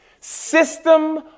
system